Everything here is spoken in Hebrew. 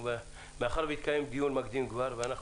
מאחר שכבר התקיים דיון מקדים והיום